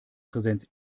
präsenz